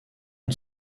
une